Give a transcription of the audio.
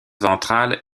ventrale